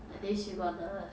at least you got the